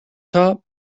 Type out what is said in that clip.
top